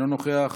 אינו נוכח,